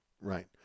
Right